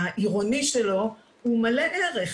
והעירוני שלו מלא ערך,